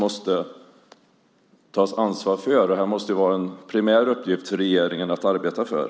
Det här måste vara en primär uppgift för regeringen att arbeta med.